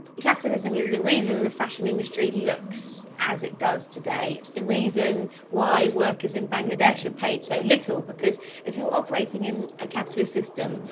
capitalism is the reason the fashion industry looks as it does today. it's the reason why workers in bangladesh are paid so little. because if you're operating in a capitalist system,